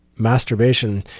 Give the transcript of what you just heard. masturbation